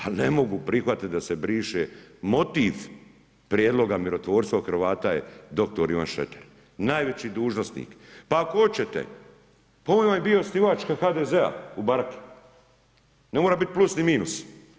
Ali ne mogu prihvatiti da se briše motiv prijedloga mirotvorstva u u Hrvata je dr. Ivan Šreter, najveći dužnosnik, pa ako hoćete, pa on vam je bio osnivač HDZ-a u Baraki, ne mora biti plus ni minus.